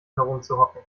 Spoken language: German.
herumzuhocken